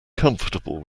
comfortable